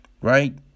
right